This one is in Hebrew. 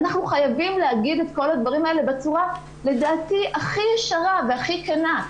אנחנו חייבים להגיד את כל הדברים האלה בצורה לדעתי הכי ישרה והכי כנה,